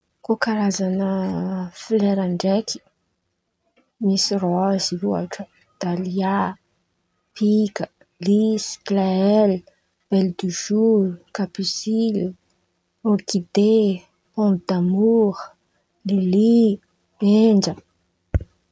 Kô karazan̈a folera ndraiky, misy rôzy ôhatra, dalia, pika, lisy, glaely, bely dio zoro, kapiosiny, ôrkide, pômy damoro, Lily, benja.